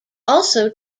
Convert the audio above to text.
also